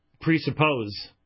presuppose